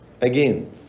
Again